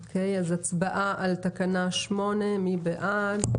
הצבעה על תקנה 8. מי בעד?